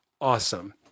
Awesome